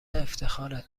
افتخاره